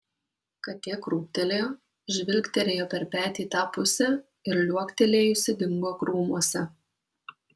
katė krūptelėjo žvilgterėjo per petį į tą pusę ir liuoktelėjusi dingo krūmuose